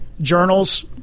journals